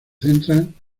centran